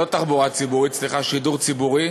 לא תחבורה ציבורית, סליחה, שידור ציבורי,